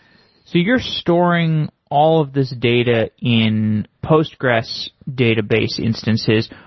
you're storing all of this data in postgres database instances.